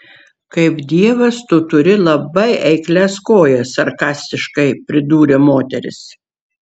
kaip dievas tu turi labai eiklias kojas sarkastiškai pridūrė moteris